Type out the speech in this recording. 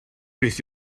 beth